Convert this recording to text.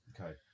Okay